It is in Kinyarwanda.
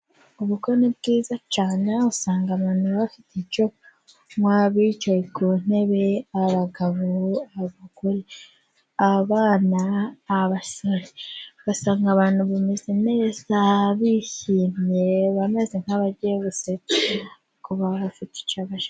Ubukwe ni bwiza cyane, usanga abantu bafite icyo kunywa baba bicaye ku ntebe, abagabo, abana basanga abantu bameze neza, bishimye bameze nk'abagiye guseka kuko baba bafite icyo bashaka.